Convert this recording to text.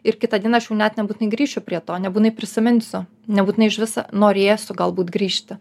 ir kitą dieną aš jau net nebūtinai grįšiu prie to nebūnai prisiminsiu nebūtinai išvis norėsiu galbūt grįžti